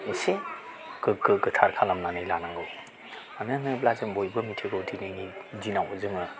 एसे गोग्गो गोथार खालामनानै लानांगौ मानो होनोब्ला जों बयबो मोन्थिगौ दिनैनि दिनाव जोङो